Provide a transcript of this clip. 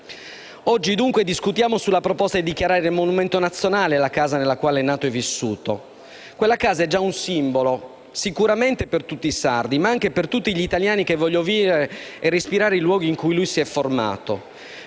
Oggi, dunque, discutiamo sulla proposta di dichiarare monumento nazionale la casa nella quale è nato e vissuto. Quella casa è già un simbolo, sicuramente per tutti i sardi ma anche per tutti gli italiani che vogliono vivere e respirare i luoghi in cui lui si è formato.